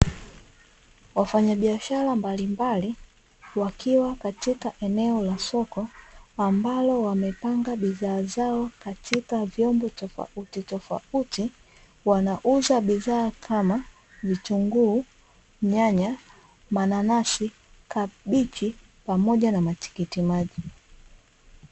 Wafanyabiashara mbalimbali wakiwa katika eneo la soko ambalo wamepanga bidhaa zao katika vyombo tofautitofauti, wanauza bidhaa kama: vitunguu, nyanya, mananasi, kabichi, pamoja na matikiti maji.